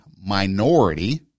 minority